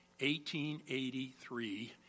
1883